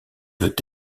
veut